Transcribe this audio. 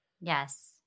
yes